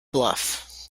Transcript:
bluff